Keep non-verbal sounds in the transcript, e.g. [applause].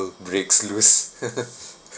breaks loose [laughs]